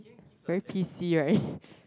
very P_C right